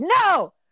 no